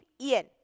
Ian